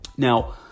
Now